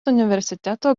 universiteto